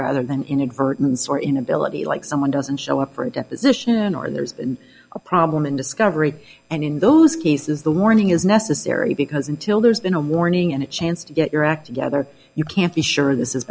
rather than inadvertence or inability like someone doesn't show up for a deposition or there's been a problem in discovery and in those cases the warning is necessary because until there's been a warning and a chance to get your act together you can't be sure this is